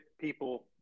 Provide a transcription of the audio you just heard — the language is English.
people